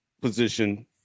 position